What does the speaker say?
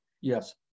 yes